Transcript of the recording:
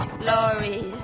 glory